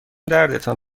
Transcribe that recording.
دردتان